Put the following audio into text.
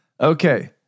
Okay